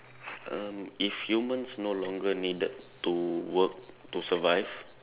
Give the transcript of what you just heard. um if humans no longer needed to work to survive